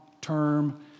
term